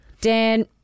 Dan